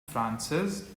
francis